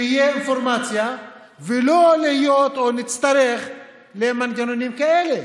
שתהיה אינפורמציה ושלא נצטרך מנגנונים כאלה,